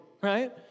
right